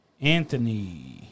Anthony